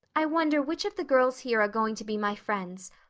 i wonder which of the girls here are going to be my friends.